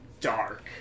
dark